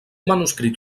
manuscrit